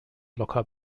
locker